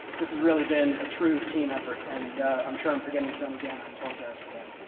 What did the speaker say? this has really been a true team effort. and i'm sure i'm forgetting some. again, i apologize for that.